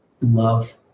love